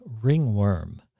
ringworm